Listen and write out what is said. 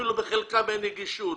אפילו בחלקם אין לנו נגישות.